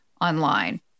online